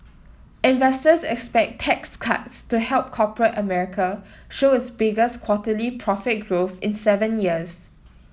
investors expect tax cuts to help corporate America show its biggest quarterly profit growth in seven years